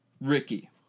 Ricky